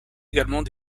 également